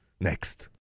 next